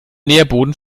nährboden